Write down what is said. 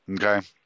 okay